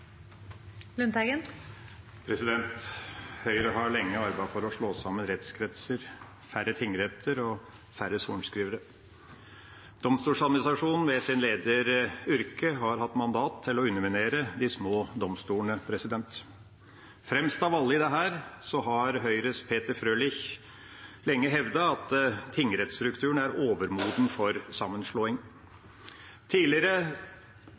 Høyre har lenge arbeidet for å slå sammen rettskretser og ha færre tingretter og færre sorenskrivere. Domstoladministrasjonen, ved sin leder Urke, har hatt mandat til å underminere de små domstolene. Fremst av alle i dette har Høyres Peter Frølich lenge hevdet at tingrettsstrukturen er overmoden for sammenslåing. I tidligere